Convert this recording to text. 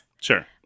Sure